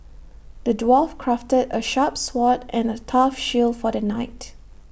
the dwarf crafted A sharp sword and A tough shield for the knight